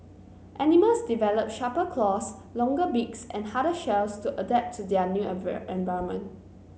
animals develop sharper claws longer beaks and harder shells to adapt to their environment